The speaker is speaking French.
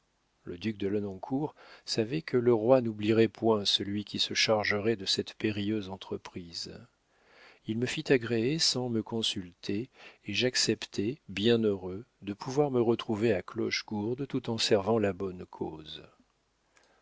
le duc de lenoncourt savait que le roi n'oublierait point celui qui se chargerait de cette périlleuse entreprise il me fit agréer sans me consulter et j'acceptai bien heureux de pouvoir me retrouver à clochegourde tout en servant la bonne cause